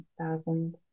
thousand